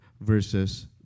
versus